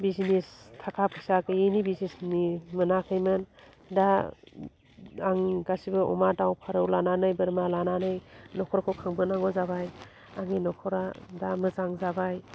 business थाखा फैसा गैयैनि बिजिनेसनि मोनाखैमोन दा आं गासिबो अमा दाउ फारौ लानानै बोरमा लानानै नखरखौ खांबोनांगौ जाबाय आंनि नखरा दा मोजां जाबाय